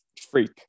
freak